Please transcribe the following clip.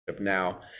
now